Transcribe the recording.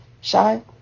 shy